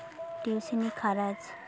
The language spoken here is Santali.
ᱴᱤᱭᱩᱥᱤᱱᱤ ᱠᱷᱚᱨᱚᱪ